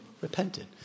repented